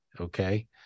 Okay